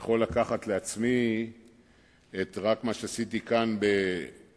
יכול לקחת לעצמי רק את מה שעשיתי בקצת